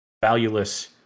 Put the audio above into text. valueless